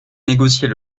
négocier